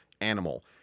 animal